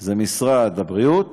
זה משרד הבריאות